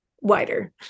wider